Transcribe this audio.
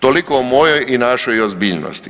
Toliko o mojoj i našoj ozbiljnosti.